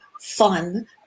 fun